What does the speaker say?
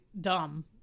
dumb